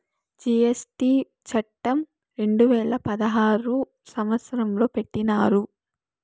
GST చట్టం రెండు వేల పదహారు సంవత్సరంలో పెట్టినారు